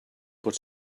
pot